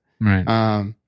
Right